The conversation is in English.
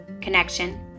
connection